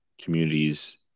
communities